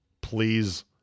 Please